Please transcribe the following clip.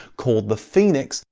called the phoenix,